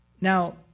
Now